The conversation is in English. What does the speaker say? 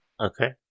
Okay